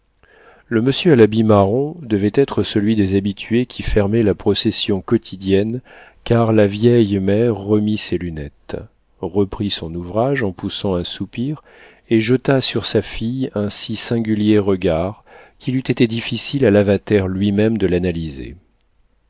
le monsieur à l'habit marron devait être celui des habitués qui fermait la procession quotidienne car la vieille mère remit ses lunettes reprit son ouvrage en poussant un soupir et jeta sur sa fille un si singulier regard qu'il eût été difficile à lavater lui-même de l'analyser